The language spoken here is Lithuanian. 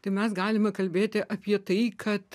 tai mes galime kalbėti apie tai kad